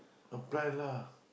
apply lah